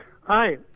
Hi